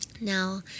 now